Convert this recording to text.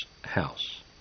house